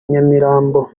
nyamirambo